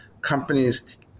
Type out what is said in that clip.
companies